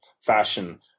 fashion